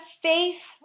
faith